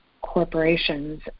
corporations